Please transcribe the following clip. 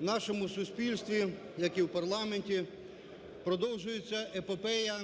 в нашому суспільстві, як і в парламенті, продовжується епопея